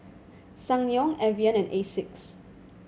Ssangyong Evian and Asics